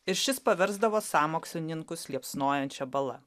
ir šis paversdavo sąmokslininkus liepsnojančia bala